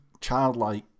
childlike